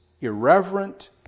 irreverent